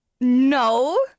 no